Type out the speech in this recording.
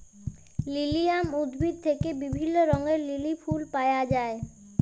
lilium উদ্ভিদ থেক্যে বিভিল্য রঙের লিলি ফুল পায়া যায়